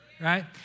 Right